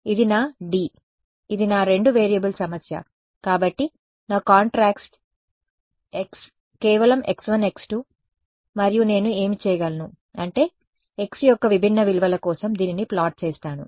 ఇది నా D ఇది నా రెండు వేరియబుల్ సమస్య కాబట్టి నా కాంట్రాస్ట్ x కేవలం x1 x2 మరియు నేను ఏమి చేయగలను అంటే x యొక్క విభిన్న విలువల కోసం దీనిని ప్లాట్ చేస్తాను